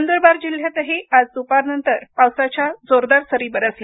नंद्रबार जिल्ह्यातही आज दुपारनंतर पावसाच्या जोरदार सरी बरसल्या